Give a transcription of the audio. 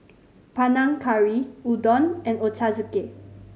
Panang Curry Udon and Ochazuke